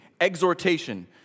exhortation